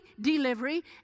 delivery